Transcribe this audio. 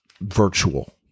virtual